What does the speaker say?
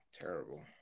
Terrible